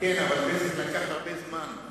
כן, אבל ב"בזק" זה לקח הרבה זמן.